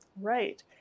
Right